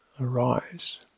arise